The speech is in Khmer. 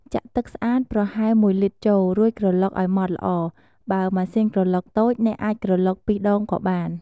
ចាក់ទឹកស្អាតប្រហែល ១ លីត្រចូល រួចក្រឡុកឱ្យម៉ដ្ឋល្អ បើម៉ាស៊ីនក្រឡុកតូច អ្នកអាចក្រឡុកពីរដងក៏បាន។